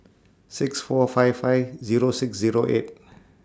six four five five Zero six Zero eight